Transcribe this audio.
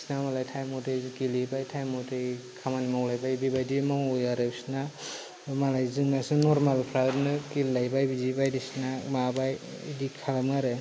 बिसोरना मालाय थाइम मथै गेलेबाय थाइम मथै खामानि मावलायबाय बेबायदि मावलायो आरो बिसोरना मालाय जोंनासो नरमेलफ्रा ओरैनो गेलेलायबाय बिदि बायदिसिना माबाय बिदि खालामो आरो